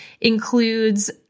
includes